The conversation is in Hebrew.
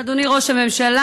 אדוני ראש הממשלה,